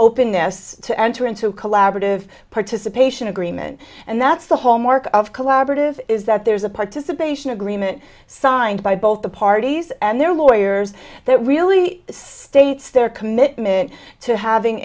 openness to enter into collaborative participation agreement and that's the hallmarks of collaborative is that there's a participation agreement signed by both the parties and their lawyers that really states their commitment to having